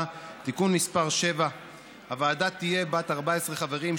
(תיקון מס' 7). הוועדה תהיה בת 14 חברים,